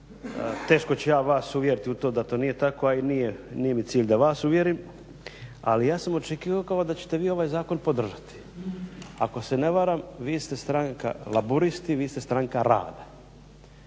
Teško ću ja vas uvjeriti u to da to nije tako, a i nije mi cilj da vas uvjerim, ali ja sam očekivao kao da ćete vi ovaj zakon podržati. Ako se ne varam, vi ste stranka Laburisti, vi ste Stranka rada.